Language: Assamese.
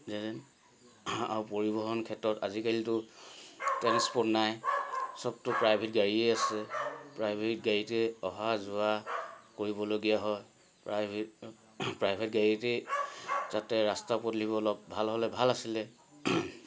দিয়ে যেন আৰু পৰিবহণ ক্ষেত্ৰত আজিকালিতো ট্ৰেন্সপৰ্ট নাই চবতো প্ৰাইভেট গাড়ীয়ে আছে প্ৰাইভেট গাড়ীতে অহা যোৱা কৰিবলগীয়া হয় প্ৰাইভেট প্ৰাইভেট গাড়ীতেই যাতে ৰাস্তা পদূলিবোৰ অলপ ভাল হ'লে ভাল আছিলে